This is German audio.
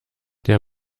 der